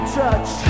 touch